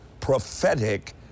prophetic